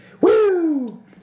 Woo